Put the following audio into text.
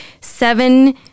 seven